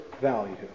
value